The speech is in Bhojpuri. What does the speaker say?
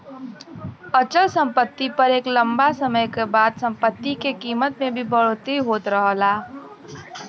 अचल सम्पति पर एक लम्बा समय क बाद सम्पति के कीमत में भी बढ़ोतरी होत रहला